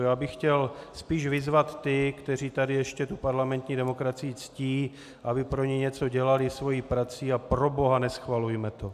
Já bych chtěl spíše vyzvat ty, kteří tady ještě tu parlamentní demokracii ctí, aby pro ni něco dělali svou prací, A proboha, neschvalujme to!